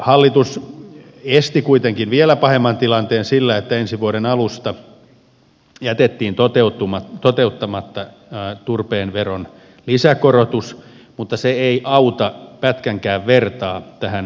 hallitus esti kuitenkin vielä pahemman tilanteen sillä että ensi vuoden alusta jätettiin toteuttamatta turpeen veron lisäkorotus mutta se ei auta pätkänkään vertaa tähän nykytilanteeseen